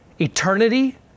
eternity